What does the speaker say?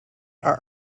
are